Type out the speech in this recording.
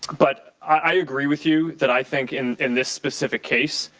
but i agree with you that i think in in this specific case